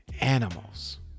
animals